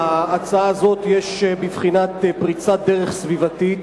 ההצעה הזאת היא בבחינת פריצת דרך סביבתית.